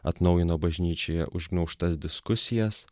atnaujino bažnyčioje užgniaužtas diskusijas